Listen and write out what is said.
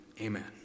Amen